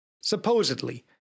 Supposedly